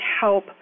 help